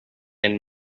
and